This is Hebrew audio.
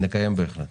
נקיים דיון, בהחלט.